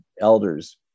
elders